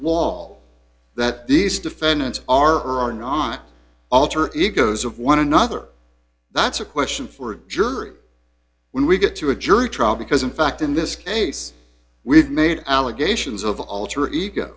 wall that these defendants are or are not on alter egos of one another that's a question for a jury when we get to a jury trial because in fact in this case we've made allegations of alter ego